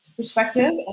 perspective